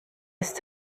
ist